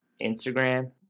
Instagram